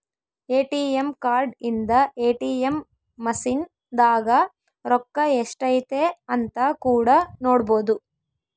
ATM card ಇಂದ ATM machine ದಾಗ ರೊಕ್ಕ ಎಷ್ಟೈತೆ ಅಂತ ಕೂಡ ನೊಡ್ಬೊದು